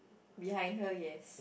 behind her yes